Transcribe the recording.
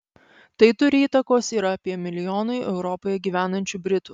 tai turi įtakos ir apie milijonui europoje gyvenančių britų